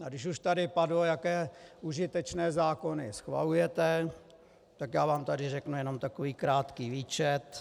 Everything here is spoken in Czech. A když už tady padlo, jaké užitečné zákony schvalujete, tak vám tady řeknu jenom takový krátký výčet.